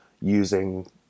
using